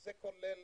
זה כולל